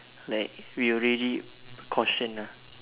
like we already caution ah